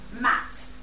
Matt